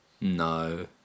No